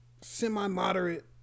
semi-moderate